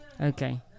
Okay